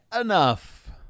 enough